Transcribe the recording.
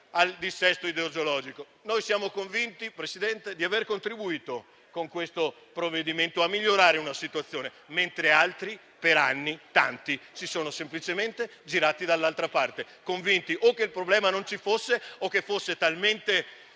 il dissesto idrogeologico. Noi siamo convinti, signor Presidente, di aver contribuito con questo provvedimento a migliorare una situazione, mentre altri, per tanti anni, si sono semplicemente girati dall'altra parte, convinti o che il problema non ci fosse o che fosse talmente